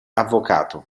avvocato